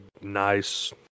nice